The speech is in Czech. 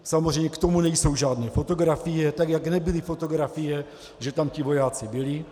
Samozřejmě k tomu nejsou žádné fotografie, tak jak nebyly fotografie, že tam ti vojáci byli.